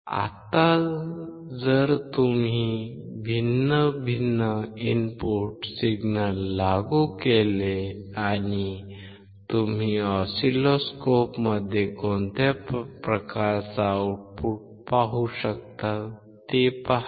आता जर तुम्ही भिन्न इनपुट सिग्नल लागू केले आणि तुम्ही ऑसिलोस्कोपमध्ये कोणत्या प्रकारचे आउटपुट पाहू शकता ते पहा